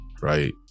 right